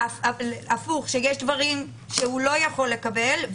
הפוך שש דברים שהוא לא יכול לקבל,